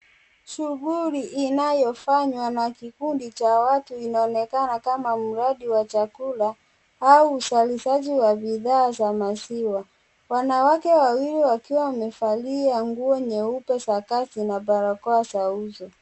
Shughuli inayofanya na kikundi cha watu inaonekana kama mradi wa chakula au uzalishaji wa bidhaa za maziwa. Wanawake wakiwa wamevalia nguo nyeupe za kazi na barakoa za uso.